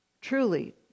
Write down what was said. truly